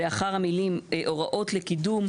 לאחר המילים "הוראות לקידום",